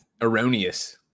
Erroneous